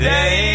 Day